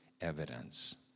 evidence